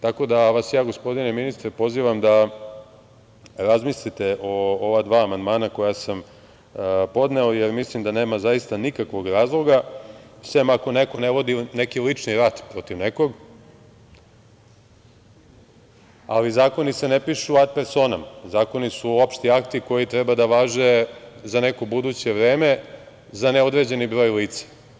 Tako da vas, gospodine ministre, pozivam da razmislite o ova dva amandmana koja sam podneo, jer mislim da nema zaista nikakvog razloga, sem ako neko ne vodi neki lični rat protiv nekog, ali zakoni se ne pišu at personom, zakoni su opšti akti koji treba da važe za neko buduće vreme, za neodređeni broj lica.